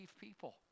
people